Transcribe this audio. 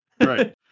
Right